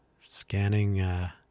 scanning